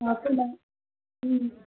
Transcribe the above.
మొత్తం అన్నీ